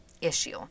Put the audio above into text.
issue